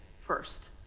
first